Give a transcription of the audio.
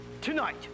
Tonight